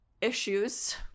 issues